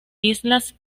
islas